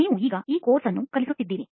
ನೀವು ಈಗ ಈ ಕೋರ್ಸ್ ಅನ್ನು ಕಲಿಸುತ್ತಿದ್ದೀರಿ